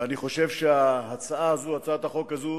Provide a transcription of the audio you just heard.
ואני חושב שהצעת החוק הזאת,